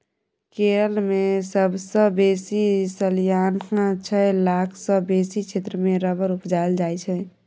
केरल मे सबसँ बेसी सलियाना छअ लाख सँ बेसी क्षेत्र मे रबर उपजाएल जाइ छै